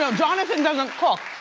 um johnathan doesn't cook.